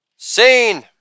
scene